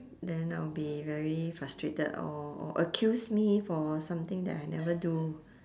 then I'll be very frustrated or or accuse me for something that I never do